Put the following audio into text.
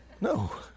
no